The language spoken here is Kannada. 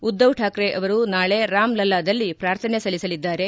ಉದ್ದವ್ ಕಾಕ್ರೆ ಅವರು ನಾಳೆ ರಾಮ್ ಲಲ್ಲಾದಲ್ಲಿ ಪ್ರಾರ್ಥನೆ ಸಲ್ಲಿಸಲಿದ್ದಾರೆ